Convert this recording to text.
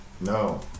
No